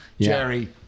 Jerry